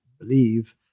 believe